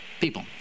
People